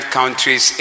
countries